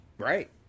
Right